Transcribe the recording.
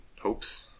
hopes